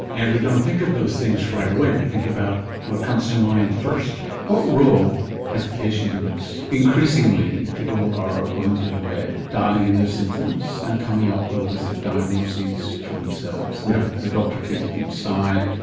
and we don't think of those things right away, we think about what comes to mind first. what role has the patient in this? increasingly people are going to the web, dialling in their symptoms and coming up with a list of diagnoses for themselves. yeah the doctor takes a deep sigh,